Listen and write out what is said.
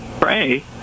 pray